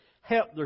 help